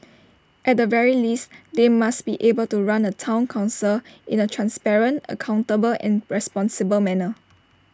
at the very least they must be able to run A Town Council in A transparent accountable and responsible manner